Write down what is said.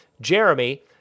Jeremy